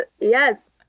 yes